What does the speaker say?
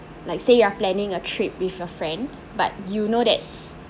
like say you are planning a trip with your friends but you know that